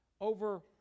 over